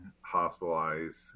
hospitalized